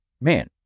man